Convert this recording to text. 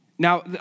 Now